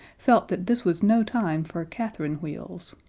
felt that this was no time for catherine-wheels.